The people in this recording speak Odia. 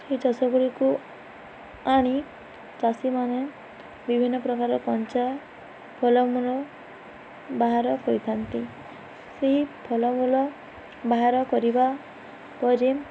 ସେଇ ଚାଷଗୁଡ଼ିକୁ ଆଣି ଚାଷୀମାନେ ବିଭିନ୍ନ ପ୍ରକାର କଞ୍ଚା ଫଲମୂଲ ବାହାର କରିଥାନ୍ତି ସେହି ଫଲମୂଲ ବାହାର କରିବା ପରେ